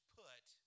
put